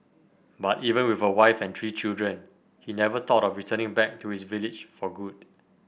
but even with a wife and three children he never thought of returning back to his village for good